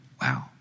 wow